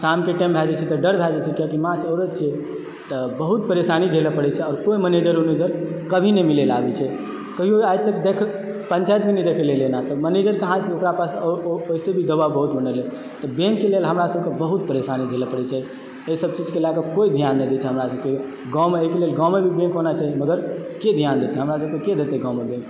शामके टाइम भए जाइ छै तऽ डर भी भए जाइ छै किआकि माँ औरत छियै तऽ बहुत परेशानी झेलए परैत छै आओर कोइ मैनेजर ऊनेजर कभी नहि मिलय लऽ आबैत छै कहिओ आइ तक देख पंचायतमे नहि देखय लऽ एलय एना तऽ मैनेजर कहाँ ओकरा पास ओहिसे भी दवाब बहुत बनल रहलै तऽ बैंकके लेल हमरासभके बहुत परेशानी झेलय परैत छै एहिसभ चीजके लयकऽ कोइ ध्यान नहि दय छै हमरासभके गाँवमे एहिके लेल गाँवमे भी बैंक होना चाही मगर के ध्यान देतय हमरासभके के देतय गाँवमे बैंक